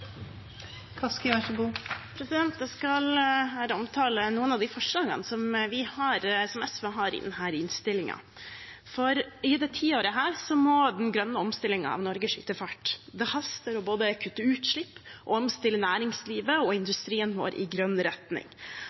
Jeg skal her omtale noen av de forslagene SV har i denne innstillingen. I dette tiåret må den grønne omstillingen av Norge skyte fart. Det haster både å kutte utslipp og omstille næringslivet og industrien vår i grønn retning.